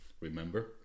Remember